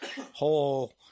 whole